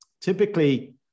typically